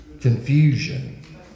Confusion